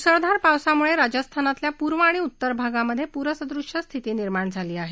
मुसळधार पावसामुळे राजस्थानातल्या पूर्व आणि उत्तर भागामध्ये पूरसदृश्य स्थिती निर्माण झाली आहे